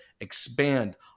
expand